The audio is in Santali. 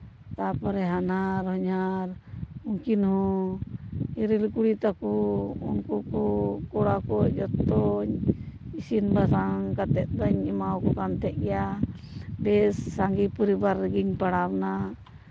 ᱛᱟᱨᱯᱚᱨᱮ ᱦᱟᱱᱦᱟᱨ ᱦᱚᱧᱦᱟᱨ ᱩᱱᱠᱤᱱ ᱦᱚᱸ ᱤᱨᱤᱞ ᱠᱩᱲᱤ ᱛᱟᱠᱚ ᱩᱱᱠᱩ ᱠᱚ ᱠᱚᱲᱟ ᱠᱚ ᱡᱚᱛᱚᱧ ᱤᱥᱤᱱ ᱵᱟᱥᱟᱝ ᱠᱟᱛᱮᱫ ᱡᱚᱛᱚᱧ ᱮᱢᱟᱣ ᱠᱚ ᱛᱟᱦᱮᱸᱫ ᱜᱮᱭᱟ ᱵᱮᱥ ᱥᱟᱸᱜᱮ ᱯᱚᱨᱤᱵᱟᱨ ᱨᱮᱜᱤᱧ ᱯᱟᱲᱟᱣ ᱱᱟ